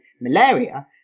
malaria